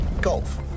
golf